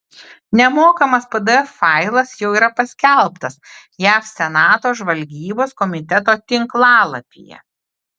nemokamas pdf failas jau yra paskelbtas jav senato žvalgybos komiteto tinklalapyje